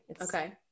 okay